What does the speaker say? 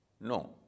no